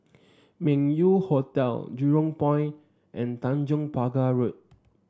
Meng Yew Hotel Jurong Point and Tanjong Pagar Road